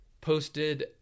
posted